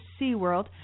SeaWorld